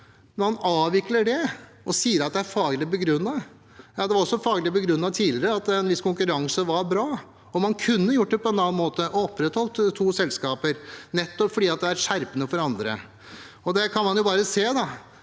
Man avvikler det og sier at det er faglig begrunnet. Det var også faglig begrunnet tidligere at en viss konkurranse var bra, og man kunne gjort det på en annen måte og opprettholdt to selskaper, nettopp fordi det er skjerpende for andre. Det kan man se: